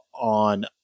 on